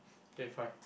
okay fine